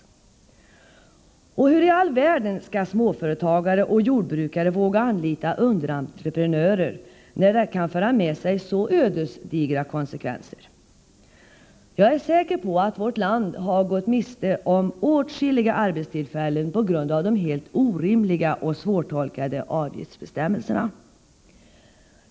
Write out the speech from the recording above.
Hur i all världen skall småföretagare och jordbrukare våga anlita underentreprenörer, när det kan föra med sig så ödesdigra konsekvenser? Jag är säker på att vårt land har gått miste om åtskilliga arbetstillfällen på grund av de helt orimliga och svårtolkade avgiftsbestämmelserna.